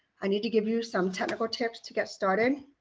i need to give you some technical tips to get started